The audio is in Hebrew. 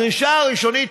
הדרישה הראשונית,